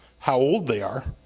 how old they are,